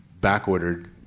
backordered